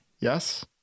Yes